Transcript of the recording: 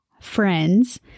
Friends